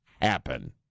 happen